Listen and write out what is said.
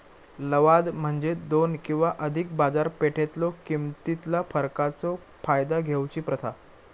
लवाद म्हणजे दोन किंवा अधिक बाजारपेठेतलो किमतीतला फरकाचो फायदा घेऊची प्रथा